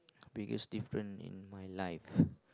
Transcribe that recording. biggest difference in my life